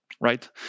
right